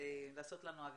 שלום לכולם.